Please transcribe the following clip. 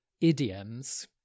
idioms